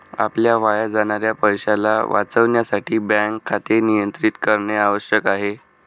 आपल्या वाया जाणाऱ्या पैशाला वाचविण्यासाठी बँक खाते नियंत्रित करणे आवश्यक आहे